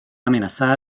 amenazada